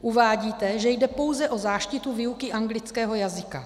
Uvádíte, že jde pouze o záštitu výuky anglického jazyka.